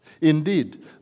Indeed